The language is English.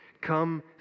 Come